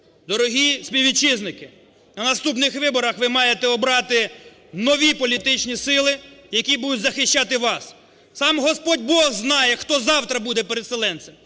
Дорогі співвітчизники, на наступних виборах ви маєте обрати нові політичні сили, які будуть захищати вас. Сам Господь Бог знає, хто завтра буде переселенцем.